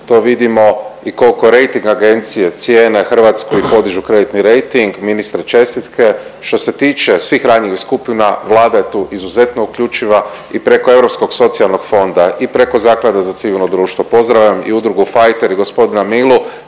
To vidimo i koliko rejting agencije cijene Hrvatsku i podižu kreditni rejting. Ministre čestitke! Što se tiče svih ranjivih skupina Vlada je tu izuzetno uključiva i preko Europskog socijalnog fonda i preko Zaklada za civilno društvo. Pozdravljam i udrugu „Fajteri“ gospodina Milu.